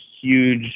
huge